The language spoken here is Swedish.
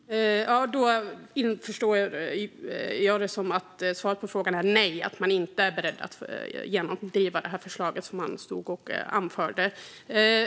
Herr talman! Då förstår jag det som att svaret på frågan är nej - man är inte beredd att genomdriva förslaget, som man stod och anförde.